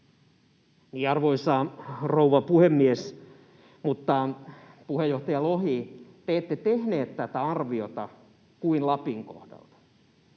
Arvoisa rouva puhemies! Mutta, puheenjohtaja Lohi, te ette tehneet tätä arviota kuin Lapin kohdalta.